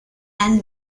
and